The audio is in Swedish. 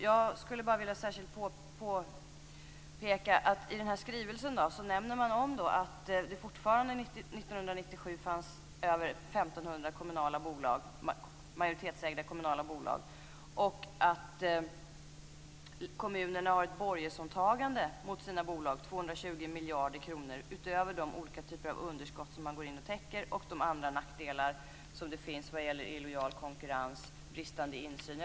Jag skulle vilja särskilt påpeka att man i skrivelsen nämner att det fortfarande 1997 fanns över 1 500 majoritetsägda kommunala bolag och att kommunerna har ett borgensåtagande mot sina bolag, 220 miljarder kronor utöver de olika typer av underskott som man går in och täcker och de andra nackdelar som det finns vad gäller illojal konkurrens, bristande insyn.